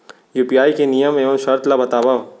UPI के नियम एवं शर्त ला बतावव